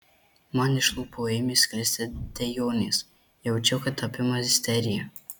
man iš lūpų ėmė sklisti dejonės jaučiau kad apima isterija